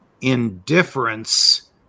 indifference